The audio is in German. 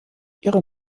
ihre